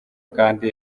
kandi